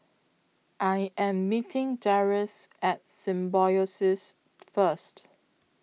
I Am meeting Darrius At Symbiosis First